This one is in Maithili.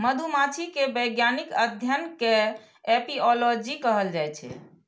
मधुमाछी के वैज्ञानिक अध्ययन कें एपिओलॉजी कहल जाइ छै